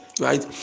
right